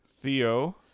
Theo